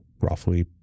roughly